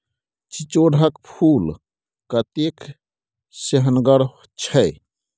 चिचोढ़ क फूल कतेक सेहनगर छै